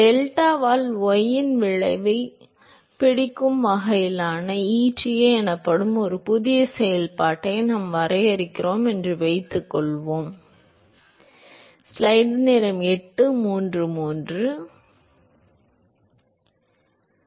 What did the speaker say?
டெல்டாவால் y இன் விளைவைப் பிடிக்கும் வகையிலான eta எனப்படும் ஒரு புதிய செயல்பாட்டை நாம் வரையறுக்கிறோம் என்று வைத்துக்கொள்வோம் என்று அவர் கூறினார்